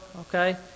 Okay